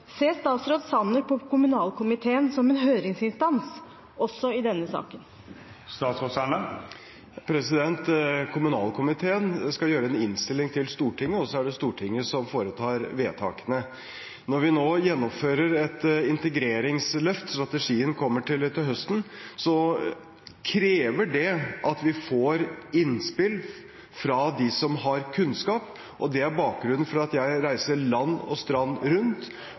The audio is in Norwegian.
Ser statsråd Sanner på kommunalkomiteen som en høringsinstans, også i denne saken? Kommunalkomiteen skal avgi en innstilling til Stortinget, og så er det Stortinget som foretar vedtakene. Når vi nå gjennomfører et integreringsløft – strategien kommer til høsten – krever det at vi får innspill fra dem som har kunnskap, og det er bakgrunnen for at jeg reiser land og strand rundt